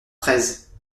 treize